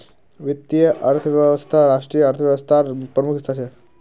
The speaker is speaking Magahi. वीत्तिये अर्थवैवस्था राष्ट्रिय अर्थ्वैवास्थार प्रमुख हिस्सा छे